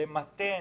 למתן